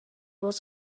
was